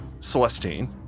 Celestine